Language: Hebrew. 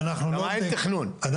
אין תכנון.